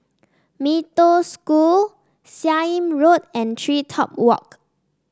Mee Toh School Seah Im Road and TreeTop Walk